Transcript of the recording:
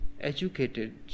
educated